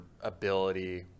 ability